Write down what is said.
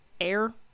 air